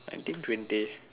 nineteen twenty